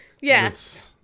Yes